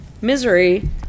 Misery